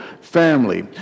family